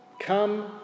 Come